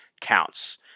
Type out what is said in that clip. counts